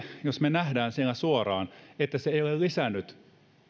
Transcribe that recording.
jos me näemme suoraan että se ei ole lisännyt